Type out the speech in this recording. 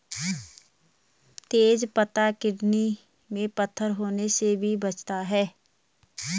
तेज पत्ता किडनी में पत्थर होने से भी बचाता है